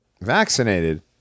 vaccinated